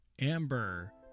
Amber